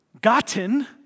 gotten